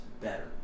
better